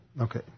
Okay